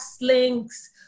links